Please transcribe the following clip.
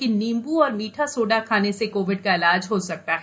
कि नींबू और मीठा सोडा खाने से कोविड का इलाज हो सकता है